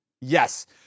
Yes